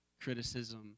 criticism